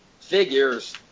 figures